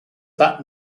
that